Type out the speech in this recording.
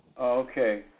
Okay